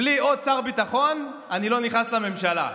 בלי עוד שר ביטחון אני לא נכנס לממשלה.